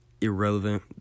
irrelevant